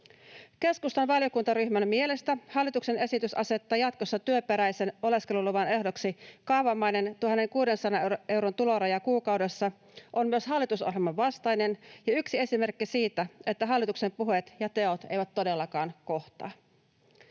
Keskustan valiokuntaryhmän mielestä hallituksen esitys asettaa jatkossa työperäisen oleskeluluvan ehdoksi kaavamainen 1 600 euron tuloraja kuukaudessa on myös hallitusohjelman vastainen ja yksi esimerkki siitä, että hallituksen puheet ja teot eivät todellakaan kohtaa.